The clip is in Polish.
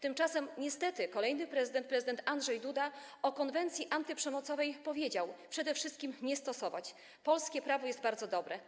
Tymczasem niestety kolejny prezydent, prezydent Andrzej Duda, o konwencji antyprzemocowej powiedział: przede wszystkim nie stosować, polskie prawo jest bardzo dobre.